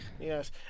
Yes